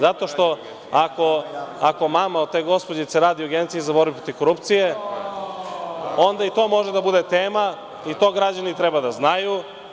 Ako mama od te gospođice radi u Agenciji za borbu protiv korupcije, onda i to može da bude tema i to građani treba da znaju.